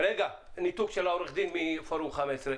-- ראית את הניתוק של העורך דין מפורום ה-15.